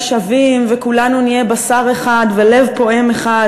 שווים וכולנו נהיה בשר אחד ולב פועם אחד,